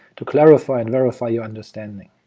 to clarify and verify your understanding.